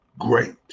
great